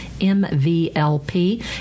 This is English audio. MVLP